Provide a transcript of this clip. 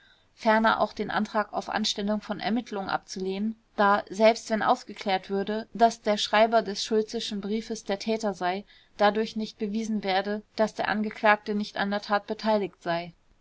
ferner auch den antrag auf anstellung von ermittelungen abzulehnen da selbst wenn aufgeklärt würde daß der schreiber des schulzeschen briefes der täter sei dadurch nicht bewiesen werde daß der angeklagte nicht an der tat beteiligt sei